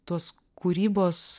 tuos kūrybos